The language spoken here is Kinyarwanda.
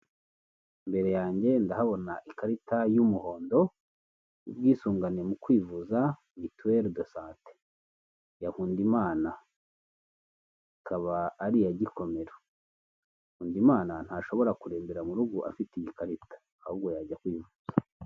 Imbere yanjye ndahabona ikarita y'umuhondo w'ubwisungane mu kwivuza mituwele desante ya Nkundimana ikaba ari iya gikomero, Nkundimana ntashobora kurembera mu rugo afite iyi karita ahubwo yajya kwiyivuza.